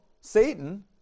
Satan